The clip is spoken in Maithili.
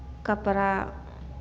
कपड़ा